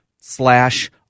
slash